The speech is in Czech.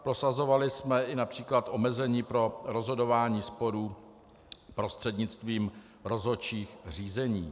Prosazovali jsme i například omezení pro rozhodování sporů prostřednictvím rozhodčích řízení.